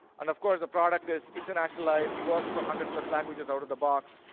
and of course, the product is internationalized, works four hundred plus languages out of the box,